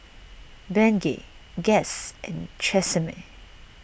Bengay Guess and Tresemme